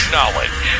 Knowledge